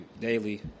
daily